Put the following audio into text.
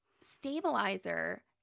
stabilizer